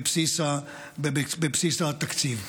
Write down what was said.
בבסיס התקציב.